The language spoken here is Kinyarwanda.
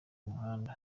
muhanda